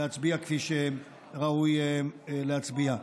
להצביע כפי שראוי להצביע.